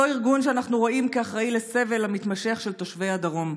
אותו ארגון שאנחנו רואים כאחראי לסבל המתמשך של תושבי הדרום.